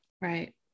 Right